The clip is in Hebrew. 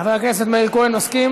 חבר הכנסת מאיר כהן, מסכים?